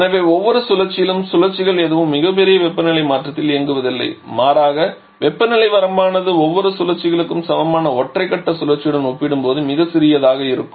எனவே ஒவ்வொரு சுழற்சியிலும் சுழற்சிகள் எதுவும் மிகப் பெரிய வெப்பநிலை மாற்றத்தில் இயங்குவதில்லை மாறாக வெப்பநிலை வரம்பானது ஒவ்வொரு சுழற்சிகளும் சமமான ஒற்றை கட்ட சுழற்சியுடன் ஒப்பிடும்போது மிகச் சிறியதாக இருக்கும்